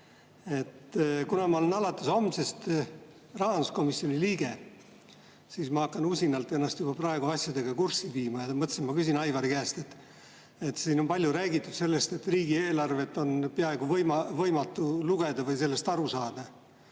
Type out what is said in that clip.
Kuna ma olen alates homsest rahanduskomisjoni liige, siis ma hakkan usinalt ennast juba praegu asjadega kurssi viima ja mõtlesin, et ma küsin Aivari käest. Siin on palju räägitud sellest, et riigieelarvet on peaaegu võimatu lugeda või sellest aru saada.